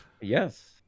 Yes